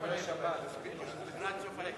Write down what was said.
כהצעת הוועדה ועם ההסתייגות שנתקבלה,